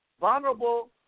vulnerable